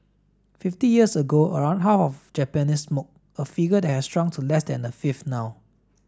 fifty years ago around half of Japanese smoked a figure that has shrunk to less than a fifth now